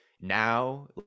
now